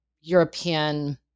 European